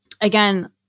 Again